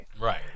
Right